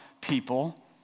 people